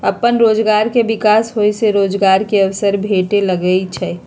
अप्पन रोजगार के विकास होय से रोजगार के अवसर भेटे लगैइ छै